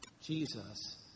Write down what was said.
Jesus